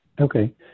okay